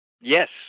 Yes